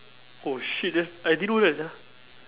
oh shit that's I didn't know that sia